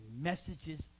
messages